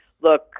look